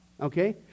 okay